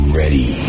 ready